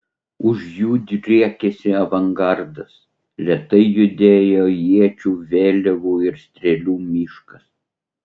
už jų driekėsi avangardas lėtai judėjo iečių vėliavų ir strėlių miškas